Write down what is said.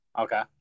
Okay